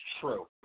true